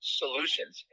solutions